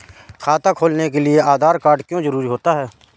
खाता खोलने के लिए आधार कार्ड क्यो जरूरी होता है?